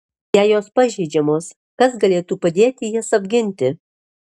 jei jos pažeidžiamos kas galėtų padėti jas apginti